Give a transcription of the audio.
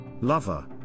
Lover